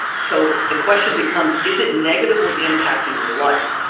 so the question becomes is it negatively impacting your life?